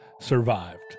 survived